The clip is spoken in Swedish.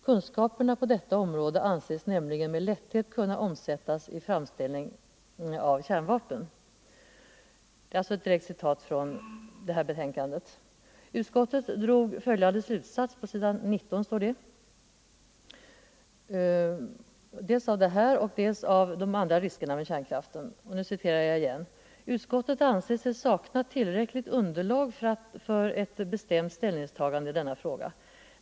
Kunskaperna på detta område anses näm ligen med lätthet kunna omsättas i framställning av kärnvapen.” Nr 131 Med hänsyn till dels denna risk, dels andra risker med kärnkraften Fredagen den drog utskottet följande slutsats: 29 november 1974 ”Utskottet anser sig sakna tillräckligt underlag för ett bestämt ställs I ningstagande i denna fråga.